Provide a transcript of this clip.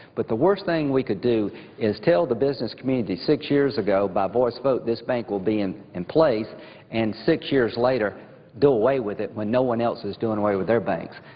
but the worst thing we could do is tell the business community six years ago by voice vote this bank will be in in place and six years later do away with it when no one else is doing away with their banks.